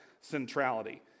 centrality